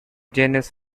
genus